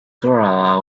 kerala